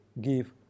give